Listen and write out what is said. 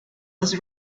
was